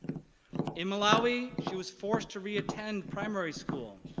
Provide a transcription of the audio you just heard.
in malawi, she was forced to reattend primary school,